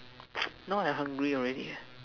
now I hungry already eh